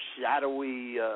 shadowy